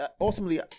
ultimately